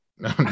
No